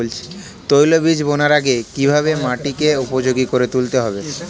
তৈলবীজ বোনার আগে কিভাবে মাটিকে উপযোগী করে তুলতে হবে?